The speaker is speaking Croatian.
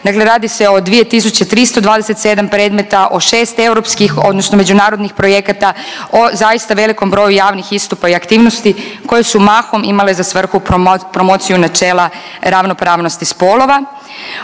dakle radi se o 2.327 predmeta, o 6 europskih odnosno međunarodnih projekata, o zaista velikom broju javnih istupa i aktivnosti koje su mahom imale za svrhu promociju načela ravnopravnosti spolova.